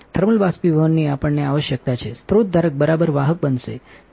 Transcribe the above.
thermal બાષ્પીભવનની આપણને આવશ્યકતા છે સ્રોત ધારક બરાબર વાહક બનશે